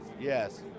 Yes